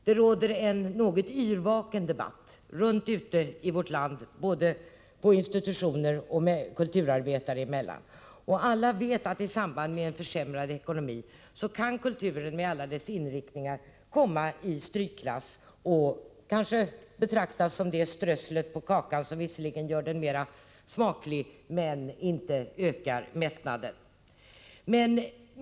Det pågår en något yrvaken debatt i vårt land, både på institutioner och kulturarbetare emellan. Alla vet att kulturen med alla dess inriktningar i samband med en försämrad ekonomi kan komma i strykklass och kanske betraktas .som det strössel på kakan som visserligen gör den mera smaklig men som inte ökar mättnaden.